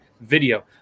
video